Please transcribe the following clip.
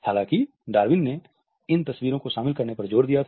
हालांकि डार्विन ने इन तस्वीरों को शामिल करने पर जोर दिया था